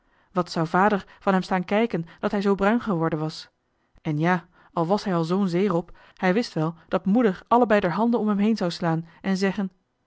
wat zou vader van hem staan kijken dat hij zoo bruin geworden was en ja al was hij al zoo'n zeerob hij wist wel dat moeder allebei d'r handen om hem heen zou slaan en zeggen